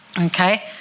okay